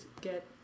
get